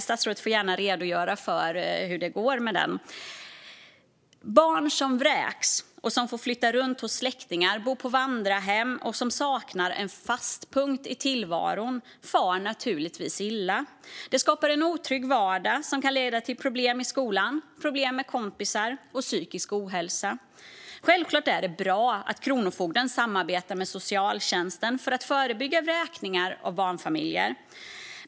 Statsrådet får gärna redogöra för hur det går med den. Barn som vräks, som får flytta runt hos släktingar eller bo på vandrarhem och som saknar en fast punkt i tillvaron, far naturligtvis illa. Det skapar en otrygg vardag som kan leda till problem i skolan, problem med kompisar och psykisk ohälsa. Självklart är det bra att Kronofogden samarbetar med socialtjänsten för att förebygga vräkningar av barnfamiljer.